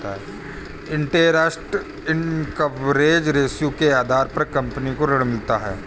interest coverage ratio के आधार पर कंपनी को ऋण मिलता है